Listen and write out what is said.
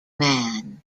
man